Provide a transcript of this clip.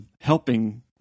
helping